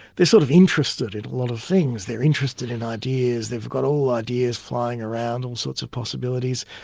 they're sort of interested in a lot of things. they're interested in ideas, they've got all ideas flying around, all sorts of possibilities,